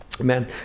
Amen